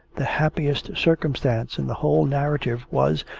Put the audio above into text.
the happiest circumstance in the whole narrative was,